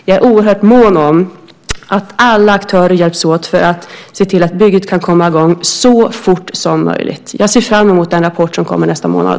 Jag är oerhört mån om att alla aktörer hjälps åt för att se till att bygget kan komma i gång så fort som möjligt. Jag ser fram emot den rapport som kommer nästa månad.